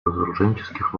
разоруженческих